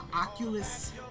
Oculus